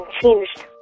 changed